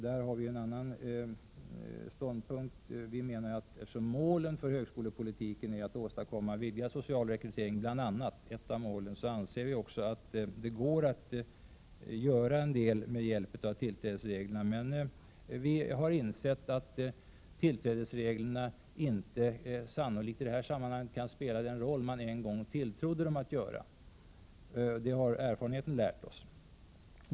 Där har vi ju en annan ståndpunkt. Vi menar att eftersom ett av målen för högskolepolitiken är att åstadkomma vidgad social rekrytering, går det också att göra en del med hjälp av tillträdesreglerna. Vi har dock insett att tillträdesreglerna i det här sammanhanget sannolikt inte kan spela den roll man en gång tilltrodde dem att göra. Det har erfarenheten lärt oss.